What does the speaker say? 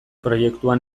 proiektuan